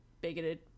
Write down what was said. bigoted